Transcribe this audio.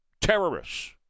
terrorists